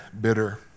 bitter